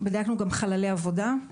בדקנו גם חללי עבודה.